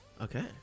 Okay